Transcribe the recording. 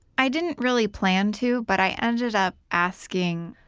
i didn't really plan to but i ended up asking,